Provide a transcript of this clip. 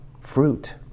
fruit